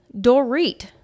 Dorit